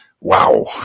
Wow